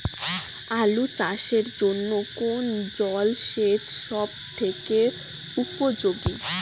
আলু চাষের জন্য কোন জল সেচ সব থেকে উপযোগী?